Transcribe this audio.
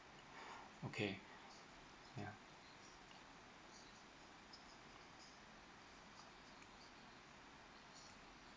okay ya